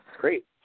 Great